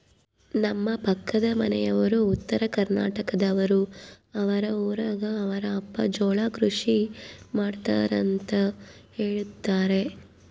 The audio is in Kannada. ನಮ್ಮ ಪಕ್ಕದ ಮನೆಯವರು ಉತ್ತರಕರ್ನಾಟಕದವರು, ಅವರ ಊರಗ ಅವರ ಅಪ್ಪ ಜೋಳ ಕೃಷಿ ಮಾಡ್ತಾರೆಂತ ಹೇಳುತ್ತಾರೆ